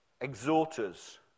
exhorters